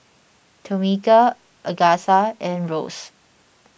Tomeka Agatha and Rose